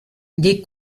les